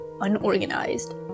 unorganized